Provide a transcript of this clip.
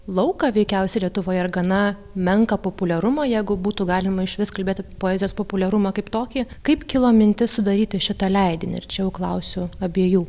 lauką veikiausiai lietuvoje gana menką populiarumą jeigu būtų galima išvis kalbėti apie poezijos populiarumą kaip tokį kaip kilo mintis sudaryti šitą leidinį ir čia jau klausiu abiejų